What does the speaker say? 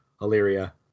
Illyria